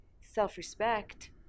self-respect